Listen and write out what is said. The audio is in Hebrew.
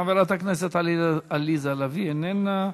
חברת הכנסת עליזה לביא, אינה נוכחת.